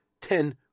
ten